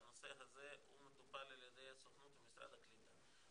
בנושא הזה מטופל על ידי הסוכנות ומשרד הקליטה,